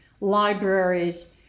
libraries